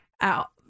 out